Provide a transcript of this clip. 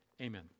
Amen